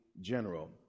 general